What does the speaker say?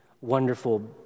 wonderful